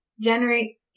January